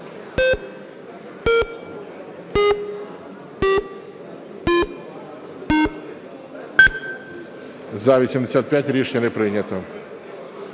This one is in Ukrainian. За-105 Рішення не прийнято.